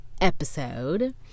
episode